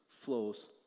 Flows